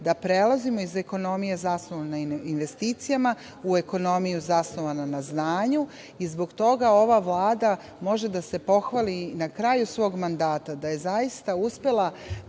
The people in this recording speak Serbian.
da prelazimo iz ekonomije zasnovane na investicijama u ekonomiju zasnovanu na znanju. Zbog toga ova Vlada može da se pohvali na kraju svog mandata da je zaista uspela